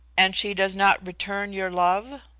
and she does not return your love?